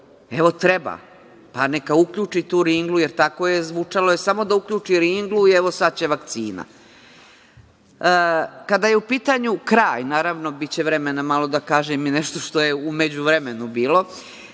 Evo, treba, pa neka uključi tu ringlu, jer tako je zvučalo – samo da uključi ringlu i sad će vakcina. Kada je u pitanju kraj, naravno, biće vremena malo da kažem i nešto što je u međuvremenu bilo,